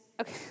okay